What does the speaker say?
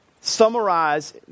summarize